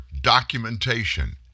Documentation